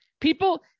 People